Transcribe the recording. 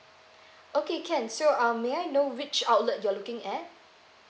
okay can so uh may I know which outlet you're looking at